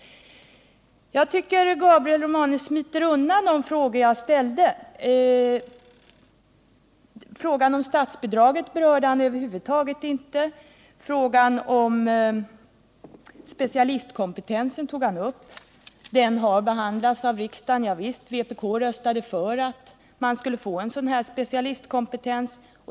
Jag tycker att Gabriel Romanus smiter undan de frågor jag ställde. Frågan om statsbidragen berörde han över huvud taget inte. Frågan om specialistkompetens tog han upp genom att hänvisa till ett riksdagsbeslut. Ja, visst, frågan har behandlats av riksdagen, och vpk röstade då för att man skulle införa en specialistkompetens.